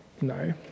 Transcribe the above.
No